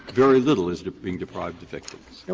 very little is being deprived of victims.